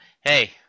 Hey